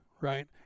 right